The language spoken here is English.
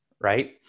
right